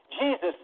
Jesus